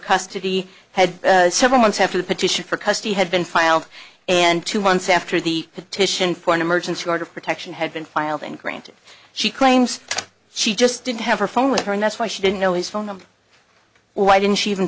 custody had several months after the petition for custody had been filed and two months after the petition for an emergency order of protection had been filed and granted she claims she just didn't have her phone with her and that's why she didn't know his phone number why didn't she even